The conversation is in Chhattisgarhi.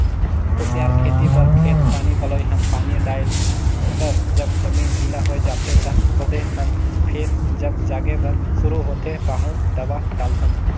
कुसियार खेती बर खेत पानी पलोए हन पानी डायल कर जब जमीन गिला होए जाथें त खोदे हन फेर जब जागे बर शुरू होथे पाहु दवा डालथन